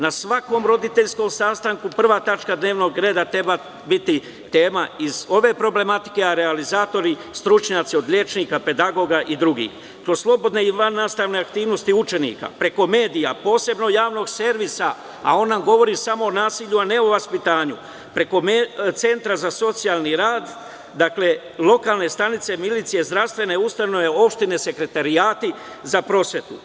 Na svakom roditeljskom sastanku prva tačka dnevnog reda treba biti tema iz ove problematike, a realizatori stručnjaci od liječnika, pedagoga i drugih, kroz slobodne i vannastavne aktivnosti učenika, preko medija, posebnog javnog servisa, a ona govori samo o nasilju, a ne o vaspitanju, preko Centra za socijalni rad, lokalne stanice, zdravstvene ustanove, opštine, sekretarijati za prosvetu.